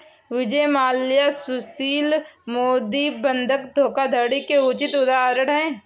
विजय माल्या सुशील मोदी बंधक धोखाधड़ी के उचित उदाहरण है